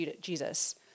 Jesus